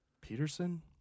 Peterson